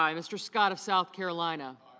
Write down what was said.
um mr. scott of south carolina